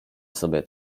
sobie